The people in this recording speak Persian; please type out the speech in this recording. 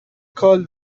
کال